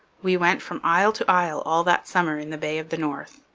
we went from isle to isle all that summer in the bay of the north.